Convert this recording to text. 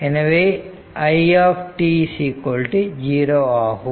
எனவே i 0 ஆகும்